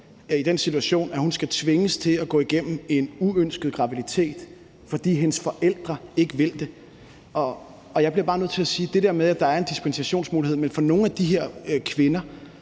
i den situation, at hun skal tvinges til at gå igennem en uønsket graviditet, fordi hendes forældre vil have det. Og jeg bliver bare nødt til at sige om det der med, at der er en dispensationsmulighed, at nogle af de her kvinder